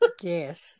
Yes